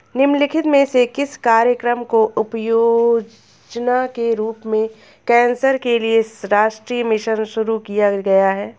निम्नलिखित में से किस कार्यक्रम को उपयोजना के रूप में कैंसर के लिए राष्ट्रीय मिशन शुरू किया गया है?